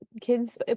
Kids